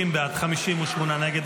50 בעד, 58 נגד.